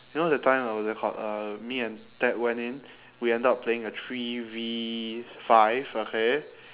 you know that time uh what was it called uh me and ted went in we ended up playing a three V five okay